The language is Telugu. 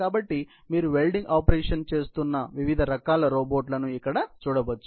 కాబట్టి మీరు వెల్డింగ్ ఆపరేషన్ చేస్తున్న వివిధ రకాల రోబోట్లను ఇక్కడ చూడవచ్చు